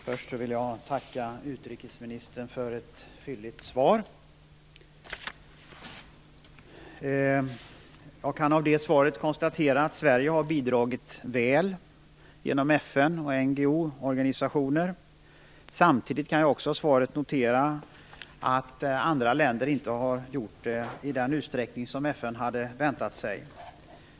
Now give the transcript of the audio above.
Fru talman! Jag vill tacka statsrådet för ett fylligt svar. Av svaret kan jag konstatera att Sverige har bidragit väl genom FN och NGO:er. Samtidigt noterar jag också att andra länder inte har gjort det i den utsträckning som FN väntat sig.